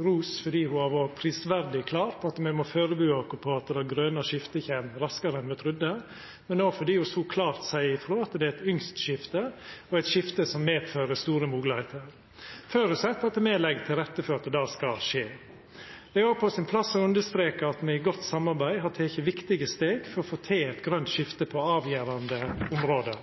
ros fordi ho har vore prisverdig klar på at me må førebu oss på at det grøne skiftet kjem raskare enn me trudde, men òg fordi ho så klart seier frå at det er eit ynskt skifte og eit skifte som medfører store moglegheiter, føresett at me legg til rette for at det skal skje. Det er òg på sin plass å understreka at me i godt samarbeid har teke viktige steg for å få til eit grønt skifte på avgjerande område.